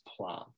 plan